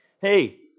Hey